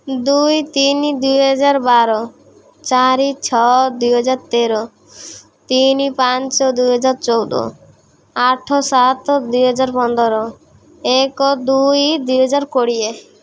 ଦୁଇ ତିନି ଦୁଇହଜାର ବାର ଚାରି ଛଅ ଦୁଇହଜାର ତେର ତିନି ପାଞ୍ଚ ଦୁଇହଜାର ଚଉଦ ଆଠ ସାତ ଦୁଇହଜାର ପନ୍ଦର ଏକ ଦୁଇ ଦୁଇହଜାର କୋଡ଼ିଏ